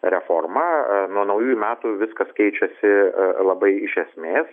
reforma nuo naujųjų metų viskas keičiasi labai iš esmės